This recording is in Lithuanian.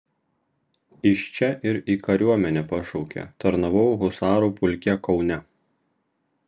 iš čia ir į kariuomenę pašaukė tarnavau husarų pulke kaune